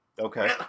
Okay